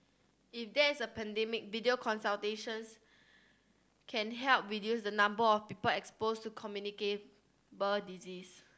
if there is a pandemic video consultations can help reduce the number of people exposed to communicable disease